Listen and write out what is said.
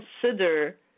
consider